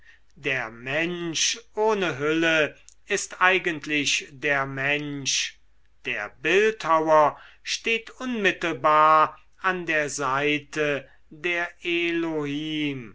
der mensch ohne hülle ist eigentlich der mensch der bildhauer steht unmittelbar an der seite der